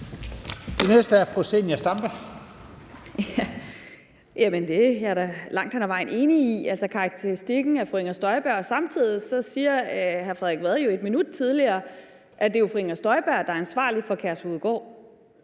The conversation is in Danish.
Kl. 11:52 Zenia Stampe (RV): Det er jeg da langt hen ad vejen enig i, altså karakteristikken af fru Inger Støjberg. Samtidig siger hr. Frederik Vad et minut inden, at det jo er Inger Støjberg, der er ansvarlig for Kærshovedgård,